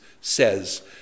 says